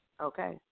Okay